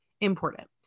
important